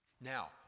Now